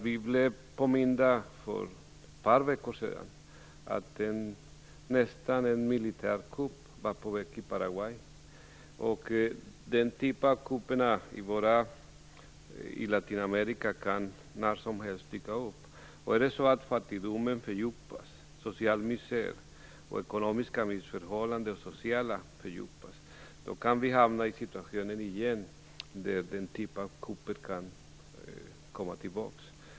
Vi blev för ett par veckor sedan påminda om att en militärkupp nästan var på gång i Paraguay. Den typen av kupper kan när som helst dyka upp i Latinamerika. Om fattigdomen, den sociala misären och de ekonomiska och sociala missförhållandena fördjupas, kan vi hamna i situationer där denna typ av kupper kommer tillbaka.